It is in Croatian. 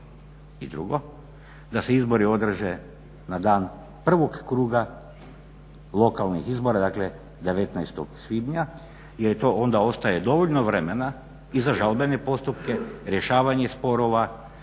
i drugo, da se izbori održe na dan prvog kruga lokalnih izbora, dakle 19. svibnja jer je to onda ostaje dovoljno vremena i za žalbene postupke, rješavanje sporova,